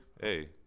Hey